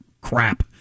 crap